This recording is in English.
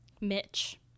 Mitch